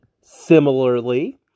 Similarly